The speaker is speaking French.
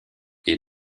est